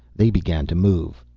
they began to move.